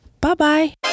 Bye-bye